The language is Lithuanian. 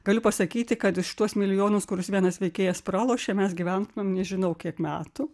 galiu pasakyti kad už šituos milijonus kuriuos vienas veikėjas pralošė mes gyventumėm nežinau kiek metų